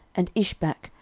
and ishbak,